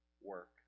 work